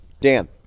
Dan